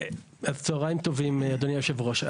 צוהריים טובים אדוני היושב ראש.